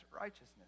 righteousness